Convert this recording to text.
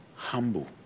humble